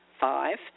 Five